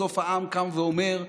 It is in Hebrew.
בסוף העם קם ואומר: